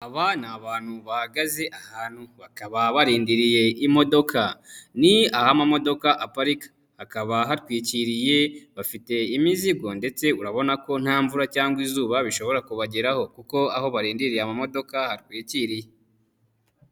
Aba ni abantu bahagaze ahantu bakaba barindiriye imodoka, ni aho amamodoka aparika. Hakaba hatwikiriye bafite imizigo ndetse urabona ko nta mvura cyangwa izuba bishobora kubageraho kuko aho barindiriye amamodoka hatwikiriye.